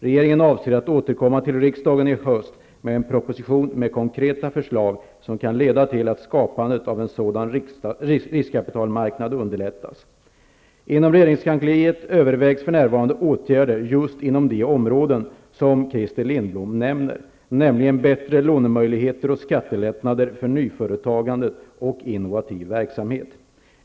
Regeringen avser att återkomma till riksdagen i höst med en proposition med konkreta förslag som kan leda till att skapandet av en sådan riskkapitalmarknad underlättas. Inom regeringskansliet övervägs för närvarande åtgärder just inom de områden som Christer Lindblom nämner, nämligen bättre lånemöjligheter och skattelättnader för nyföretagande och innovativ verksamhet.